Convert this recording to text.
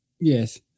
Yes